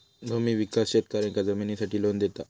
भूमि विकास शेतकऱ्यांका जमिनीसाठी लोन देता